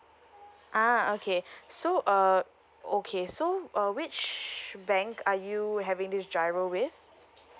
ah okay so uh okay so uh which bank are you having this GIRO with